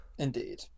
Indeed